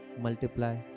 multiply